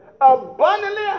abundantly